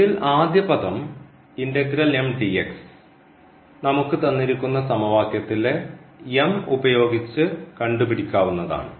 ഇതിൽ ആദ്യപദം നമുക്ക് തന്നിരിക്കുന്ന സമവാക്യത്തിലെ ഉപയോഗിച്ച് കണ്ടുപിടിക്കാവുന്നതാണ്